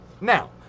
Now